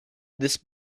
this